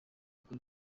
ukuri